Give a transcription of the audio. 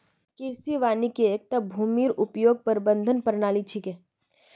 कृषि वानिकी एकता भूमिर उपयोग प्रबंधन प्रणाली छिके